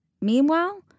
Meanwhile